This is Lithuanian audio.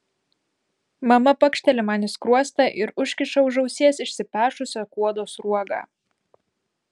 mama pakšteli man į skruostą ir užkiša už ausies išsipešusią kuodo sruogą